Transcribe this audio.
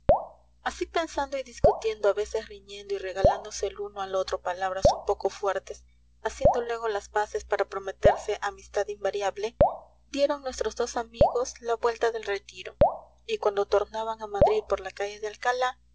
así pensando y discutiendo a veces riñendo y regalándose el uno al otro palabras un poco fuertes haciendo luego las paces para prometerse amistad invariable dieron nuestros dos amigos la vuelta del retiro y cuando tornaban a madrid por la calle de alcalá